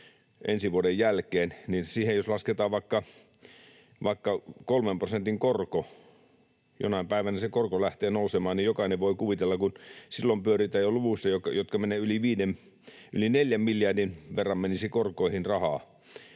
ensi vuoden jälkeen ja jos siihen lasketaan vaikka 3 prosentin korko — jonain päivänä se korko lähtee nousemaan — niin jokainen voi kuvitella, että silloin pyöritään jo sellaisissa luvuissa, että yli 4 miljardin verran menisi korkoihin rahaa,